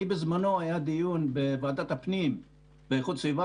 בזמנו היה דיון בוועדת הפנים ואיכות הסביבה